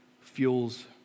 fuels